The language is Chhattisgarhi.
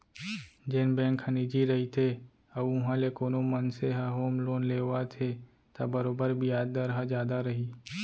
जेन बेंक ह निजी रइथे अउ उहॉं ले कोनो मनसे ह होम लोन लेवत हे त बरोबर बियाज दर ह जादा रही